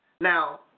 Now